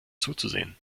zuzusehen